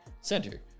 center